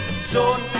son